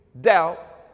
doubt